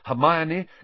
Hermione